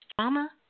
trauma